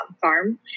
Farm